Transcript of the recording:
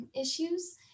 issues